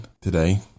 today